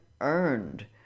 earned